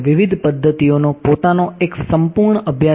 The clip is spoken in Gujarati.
વિવિધ પદ્ધતિઓ છે ત્યાં